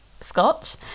scotch